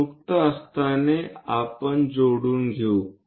तर मुक्त हस्ताने आपण जोडून घेऊ